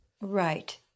Right